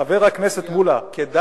חבר הכנסת מולה, אבל